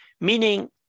meaning